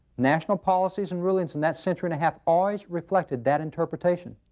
national policies and rulings in that century and a half always reflected that interpretation.